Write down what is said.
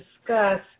discuss